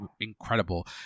incredible